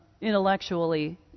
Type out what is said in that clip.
intellectually